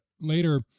later